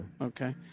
Okay